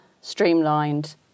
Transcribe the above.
streamlined